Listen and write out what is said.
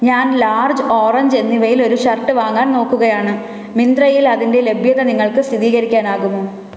ഞാൻ large orange എന്നിവയിൽ ഒരു ഷർട്ട് വാങ്ങാൻ നോക്കുകയാണ് മിന്ത്രയിലതിന്റെ ലഭ്യത നിങ്ങൾക്ക് സ്ഥിതീകരിക്കാനാകുമോ